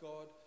God